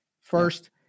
first